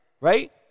right